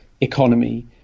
economy